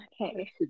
Okay